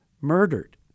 murdered